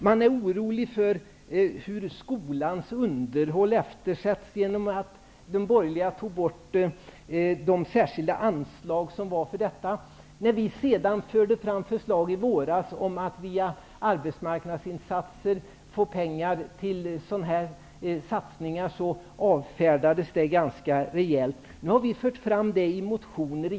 De är oroliga för att underhållet av skolorna eftersätts, då de särskilda anslagen togs bort av den borgerliga regeringen. De förslag vi förde fram i våras om att via arbetsmarknadsinsatser få pengar till satsningar avfärdades rejält. Nu har vi åter fört fram förslagen i motioner.